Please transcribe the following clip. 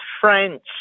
French